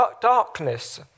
darkness